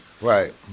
Right